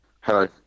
Hello